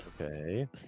Okay